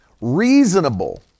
reasonable